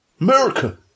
America